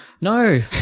No